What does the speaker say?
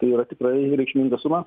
yra tikrai reikšminga suma